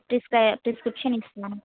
prescription ఇస్తాను